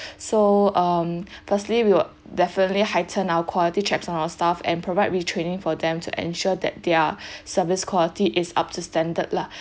so um firstly we will definitely heighten our quality checks on our staff and provide retraining for them to ensure that their service quality is up to standard lah